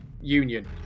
Union